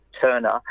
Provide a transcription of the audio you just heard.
turner